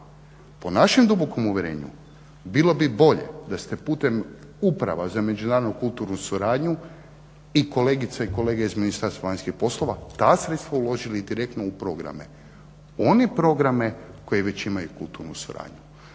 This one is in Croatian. Po našem dubokom uvjerenju bilo bi bolje da ste putem uprava za međunarodnu kulturnu suradnju i kolegice i kolege iz Ministarstva vanjskih poslova ta sredstva uložili direktno u programe. One programe koji već imaju kulturnu suradnju,